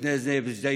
לפני זה בג'דיידה-מכר,